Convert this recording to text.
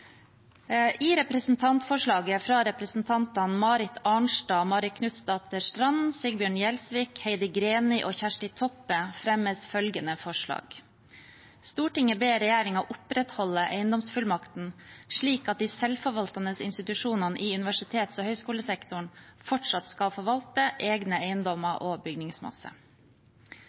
om representantforslaget, som er fra representantene Marit Arnstad, Marit Knutsdatter Strand, Sigbjørn Gjelsvik, Heidi Greni og Kjersti Toppe, fremmes følgende forslag: «Stortinget ber regjeringen opprettholde eiendomsfullmakten slik at de selvforvaltende institusjonene i universitets- og høyskolesektoren fortsatt skal forvalte egne eiendommer og bygningsmasse.»